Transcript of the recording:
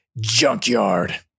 junkyard